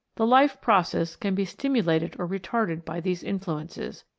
the life process can be stimulated or retarded by these influences,